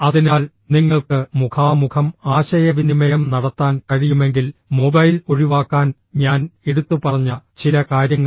അതിനാൽ നിങ്ങൾക്ക് മുഖാമുഖം ആശയവിനിമയം നടത്താൻ കഴിയുമെങ്കിൽ മൊബൈൽ ഒഴിവാക്കാൻ ഞാൻ എടുത്തുപറഞ്ഞ ചില കാര്യങ്ങൾ